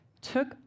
Took